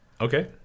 Okay